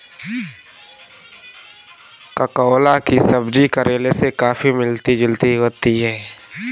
ककोला की सब्जी करेले से काफी मिलती जुलती होती है